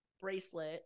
bracelet